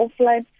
offline